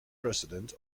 president